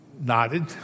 nodded